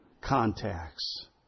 contacts